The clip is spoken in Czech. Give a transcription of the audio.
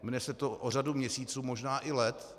Mine se to o řadu měsíců, možná i let.